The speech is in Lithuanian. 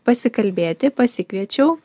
pasikalbėti pasikviečiau